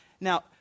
now